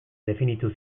definitu